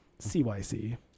CYC